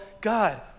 God